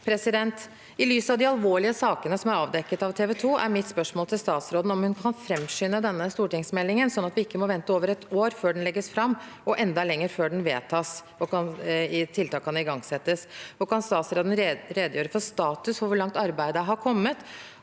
sektoren. I lys av de alvorlige sakene som er avdekket av TV 2, er mitt spørsmål til statsråden om hun kan framskynde denne stortingsmeldingen, slik at vi ikke må vente over et år før den legges fram, og enda lenger før den vedtas og tiltak kan igangsettes. Kan statsråden redegjøre for status for hvor langt arbeidet har kommet